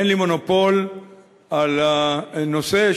אין לי מונופול על הנושא,